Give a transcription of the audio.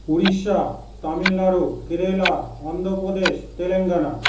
Orissa Tamil Nadu Kerala Andhra Pradesh Telangana